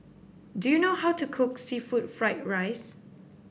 do you know how to cook seafood Fried Rice